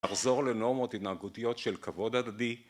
לחזור לנורמות התנהגותיות של כבוד הדדי